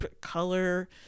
color